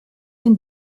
den